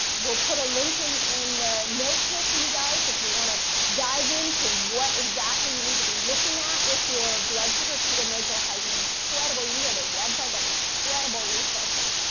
we'll put a link in in the notes here for you guys. if you want to dive into what exactly you need to be looking at with your blood sugar, keto, mojo has an incredible, you can go their website. they have incredible resources,